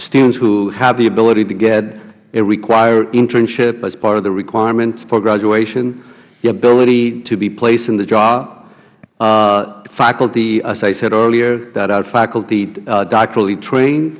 students who have the ability to get a required internship as part of the requirement for graduation the ability to be placed in the job faculty as i said earlier that are faculty doctorally train